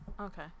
Okay